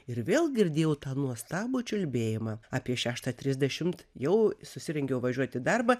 ir vėl girdėjau tą nuostabų čiulbėjimą apie šeštą trisdešimt jau susirengiau važiuot į darbą